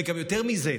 וגם יותר מזה.